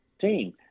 team